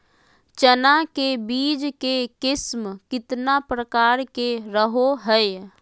चना के बीज के किस्म कितना प्रकार के रहो हय?